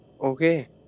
Okay